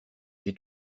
j’ai